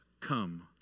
come